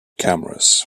cameras